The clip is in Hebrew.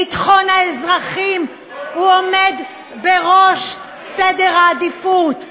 ביטחון האזרחים עומד בראש סדר העדיפות.